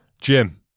Jim